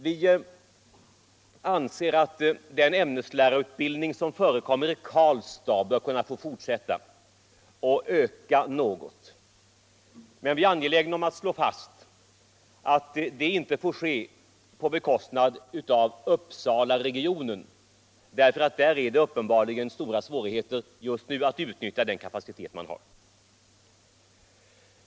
Vi anser att den ämneslärarutbildning som förekommer i Karlstad bör få fortsätta och öka något. Men vi är angelägna om att slå fast att det inte får ske på bekostnad av Uppsalaregionen, därför att det där just nu uppenbarligen är stora svårigheter att utnyttja den kapacitet man har.